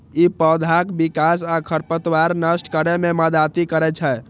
ई पौधाक विकास आ खरपतवार नष्ट करै मे मदति करै छै